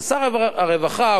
שר הרווחה,